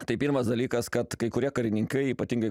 tai pirmas dalykas kad kai kurie karininkai ypatingai